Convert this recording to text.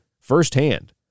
firsthand